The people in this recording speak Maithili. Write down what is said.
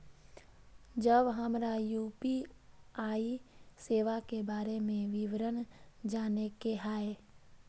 जब हमरा यू.पी.आई सेवा के बारे में विवरण जाने के हाय?